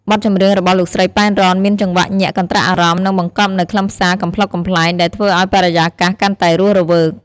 បទចម្រៀងរបស់លោកស្រី ប៉ែន រ៉ន មានចង្វាក់ញាក់កន្ត្រាក់អារម្មណ៍ និងបង្កប់នូវខ្លឹមសារកំប្លុកកំប្លែង ដែលធ្វើឱ្យបរិយាកាសកាន់តែរស់រវើក។